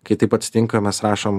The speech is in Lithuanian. kai taip atsitinka mes rašom